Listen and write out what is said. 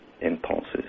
impulses